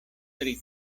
tri